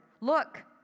Look